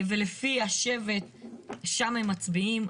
ולפי השבט שם הם מצביעים.